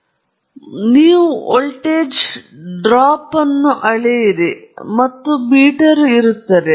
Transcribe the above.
ಆದ್ದರಿಂದ ನೀವು voltage drop ಅನ್ನು ಇಲ್ಲಿ ಅಳೆಯಿರಿ ಮತ್ತು ನಿಮಗೆ ಇಲ್ಲಿ ಮೀಟರ್ ಇದೆ